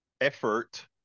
effort